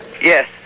Yes